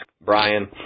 Brian